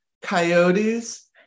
Coyotes